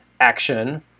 action